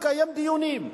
לקיים דיונים.